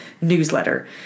newsletter